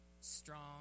strong